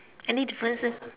any differences